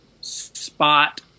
spot